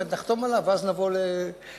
נחתום עליו ואז נבוא להיפגש.